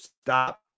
Stop